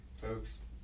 folks